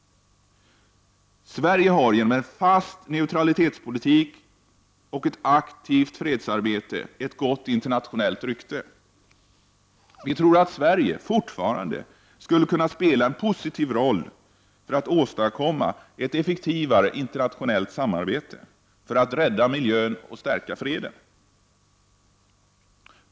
Sverige har genom en fast neutralitetspolitik och ett aktivt fredsarbete ett gott internationellt rykte. Vi tror att Sverige fortfarande skulle kunna spela en positiv roll för att åstadkomma ett effektivare internationellt samarbete för att rädda miljön och stärka freden.